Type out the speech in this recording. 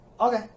Okay